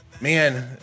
Man